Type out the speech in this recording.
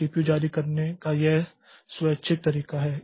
तो सीपीयू जारी करने का यह एक स्वैच्छिक तरीका है